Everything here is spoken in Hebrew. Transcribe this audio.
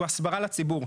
הוא הסברה לציבור.